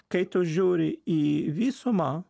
kai tu žiūri į visumą